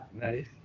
Nice